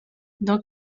dans